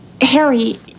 Harry